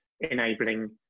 enabling